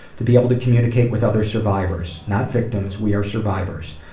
to be able to communicate with other survivors not victims, we are survivors.